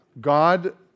God